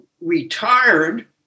retired